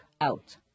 out